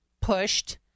pushed